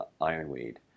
Ironweed